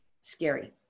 scary